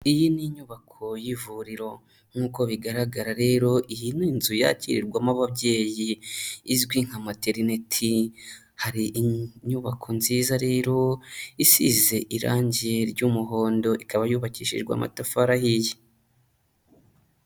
Iyi ni inyubako y'ivuriro nkuko bigaragara rero iyi ni inzu yakirirwamo ababyeyi izwi nka materineti hari inyubako nziza rero isize irangi ry'umuhondo ikaba yubakishijwe amatafari ahiye.